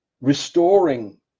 restoring